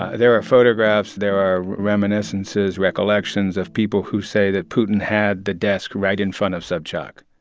ah there are photographs, there are reminiscences, recollections of people who say that putin had the desk right in front of sobchak.